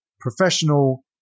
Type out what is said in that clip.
professional